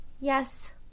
Yes